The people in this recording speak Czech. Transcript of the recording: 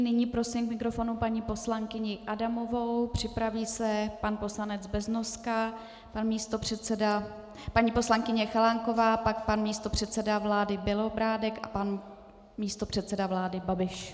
Nyní prosím k mikrofonu paní poslankyni Adamovou, připraví se pan poslanec Beznoska, paní poslankyně Chalánková, pak pan místopředseda vlády Bělobrádek a pan místopředseda vlády Babiš.